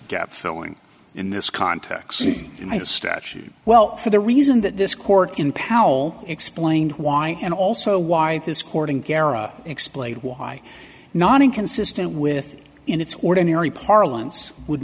gap filling in this context in my statute well for the reason that this court in powell explained why and also why this courting kara explained why not inconsistent with in its ordinary parlance would